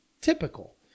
typical